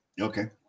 Okay